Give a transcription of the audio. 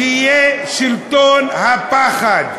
שיהיה שלטון הפחד.